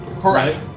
Correct